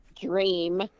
dream